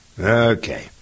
Okay